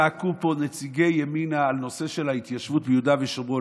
וצעקו פה נציגי ימינה על הנושא של ההתיישבות ביהודה ושומרון,